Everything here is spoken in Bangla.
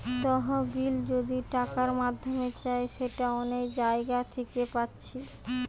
তহবিল যদি টাকার মাধ্যমে চাই সেটা অনেক জাগা থিকে পাচ্ছি